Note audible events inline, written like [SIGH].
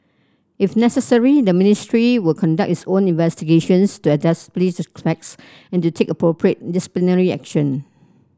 if necessary the Ministry will conduct its own investigations to [UNINTELLIGIBLE] the facts and to take appropriate disciplinary action